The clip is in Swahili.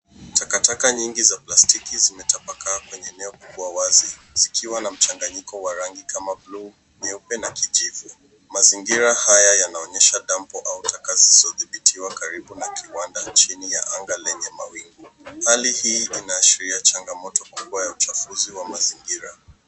Takataka nyingi za plastiki zimetapakaa kwenye eneo kubwa wazi zikiwa na mchanganyiko wa rangi kama bluu, nyeupe na kijivu. Mazingira haya yanaonyesha damp au taka zisizodhibitiwa karibu na kiwanda chini ya anga lenye mawingu. Hali hii inaashiria changamoto kubwa ya uchafuzi wa mazingira.